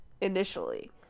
initially